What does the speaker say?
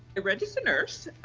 a registered nurse,